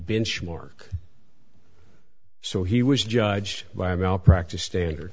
benchmark so he was judged by malpractise standard